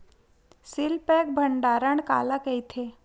Seal pack भंडारण काला कइथे?